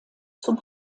zum